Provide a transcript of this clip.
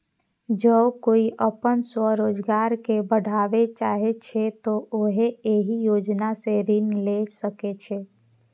जौं कोइ अपन स्वरोजगार कें बढ़ाबय चाहै छै, तो उहो एहि योजना सं ऋण लए सकै छै